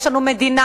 יש לנו מדינה,